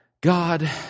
God